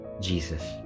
Jesus